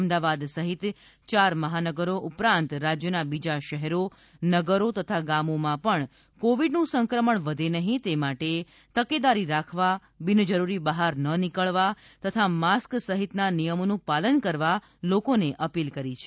અમદાવાદ સહિત ચાર મહાનગરો ઉપરાંત રાજ્યના બીજા શહેરો નગરો તથા ગામોમાં પણ કોવીડનું સંક્રમણ વધે નહીં તે માટે તકેદારી રાખવા બિનજરૂરી બહાર ન નીકળવા તથા માસ્ક સહિતના નિયમોનું પાલન કરવા લોકોને અપીલ કરી છે